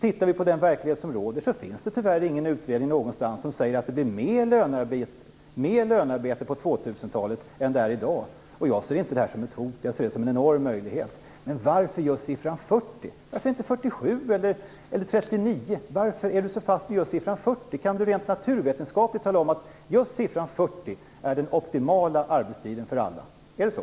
Tittar man på den verklighet som råder, finns det tyvärr ingen utredning någonstans som säger att det blir mer lönearbete på 2000-talet än det är i dag. Jag ser inte det som ett hot. Jag ser det som en enorm möjlighet. Men varför just siffran 40? Varför inte 47 eller 39? Varför är Ola Ström så fast vid just siffran 40? Kan Ola Ström rent naturvetenskapligt tala om att just 40 timmar är den optimala arbetstiden för alla? Är det så?